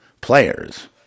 players